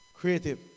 Creative